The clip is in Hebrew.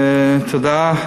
תודה.